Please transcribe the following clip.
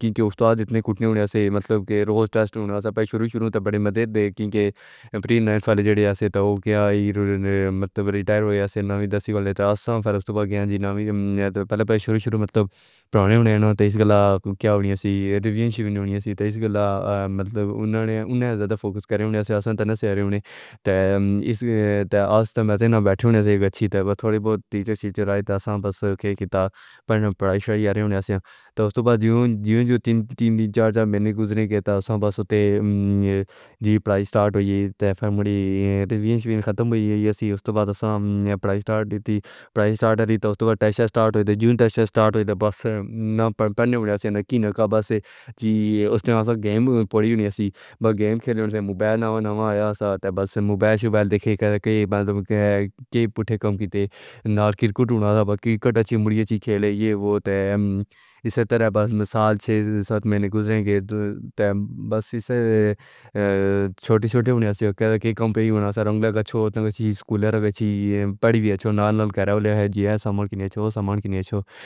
کیونکہ استاد جتنے کٹھے ہوں گے مطلب کہ روز ٹیسٹ شروع شروع سے بڑی مدد دے گی کہ امپریل منصوبہ عرصہ رائٹر ہوئے ہیں یا نہیں دس سال پہلے شروعات میں پرانے ہونے سے ریویوز ہونے سے مطلب اس سے زیادہ فوکس کر رہے ہوں۔ اس طرح سے آسان سے سی آر ہونے لگتا ہے اسی لیے میں نے بیٹھنا یقینی بنایا تھوڑی بہت چیزیں چلائیں تاہم بس کے کہاں پر آج ہی آرہے ہیں تو یوں جو تین تین چار ماہ گزرے گئے تائین پلائی سٹارٹ ہوئی تھی فیملی کے بینچ ختم ہوئے ہیں یا اس کے بعد اسے پری سٹارٹ تھی پری سٹارٹ ہے تو ٹیکسٹر سٹارٹ ہوئی ہے جو ٹیسٹ سٹارٹ ہوئی تھی بس نہ پڑھے ہوئے ہیں یا نہ کینہ کا بس اس نے گیم پڑھی ہونی چاہیے با گیم کھیلنے والا موبائل نہ موبائل دیکھے گا کہ کہنے والا کہہ رہا ہوں گے کہ کہنے والا ہے کہ کرکٹ میں کھیلے گا تو اس سے پہلے بس سال چھ سات مہینے گزرے گئے تو بس سے چھوٹے چھوٹے ہونے والی کہانی ہونا رنگنا چھوڑ دیں اسکولر ہو گئی پڑھی ہوئی ہے یا نہ ہو گئی ہے سامان کیا جاؤ سامان کیا جاؤ۔